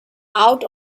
out